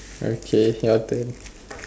okay your turn